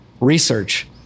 research